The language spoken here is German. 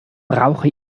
brauche